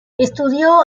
estudió